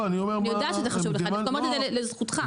אני דווקא אומרת את זה לזכותך.